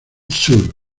sur